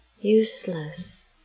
useless